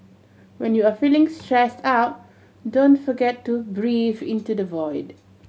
when you are feeling stressed out don't forget to breathe into the void